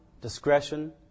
discretion